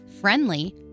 friendly